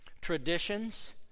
Traditions